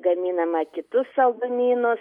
gaminama kitus saldumynus